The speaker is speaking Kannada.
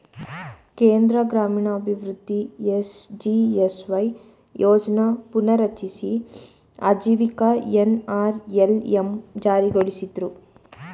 ಕೇಂದ್ರ ಗ್ರಾಮೀಣಾಭಿವೃದ್ಧಿ ಎಸ್.ಜಿ.ಎಸ್.ವೈ ಯೋಜ್ನ ಪುನರ್ರಚಿಸಿ ಆಜೀವಿಕ ಎನ್.ಅರ್.ಎಲ್.ಎಂ ಜಾರಿಗೊಳಿಸಿದ್ರು